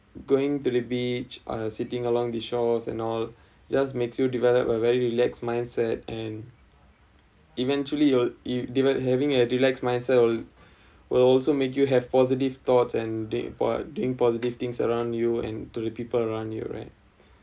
going to the beach uh sitting along the shores and all just makes you develop a very relax mindset and eventually or if divert having a relax mindset will will also made you have positive thoughts and doing po~ doing positive things around you and to the people around you right